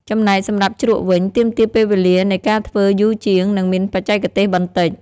ចំំណែកសម្រាប់ជ្រក់វិញ ទាមទារពេលវេលានៃការធ្វើយូរជាង និងមានបច្ចេកទេសបន្តិច។